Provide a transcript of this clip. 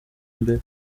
imbere